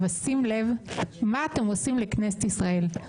אבל שים לב מה אתם עושים לכנסת ישראל.